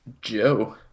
Joe